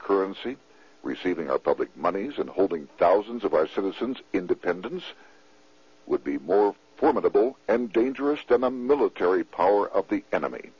currency receiving the public monies and holding thousands of our citizens independence would be more formidable and dangerous to military power of the enemy